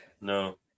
No